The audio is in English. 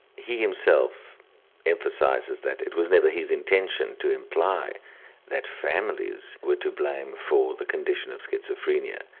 he himself emphasises that it was never his intention to imply that families were to blame for the condition of schizophrenia.